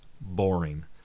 boring